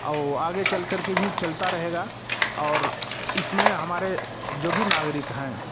और आगे चल कर के भी चलता रहेगा और इसमें हमारे जो भी नागरिक हैं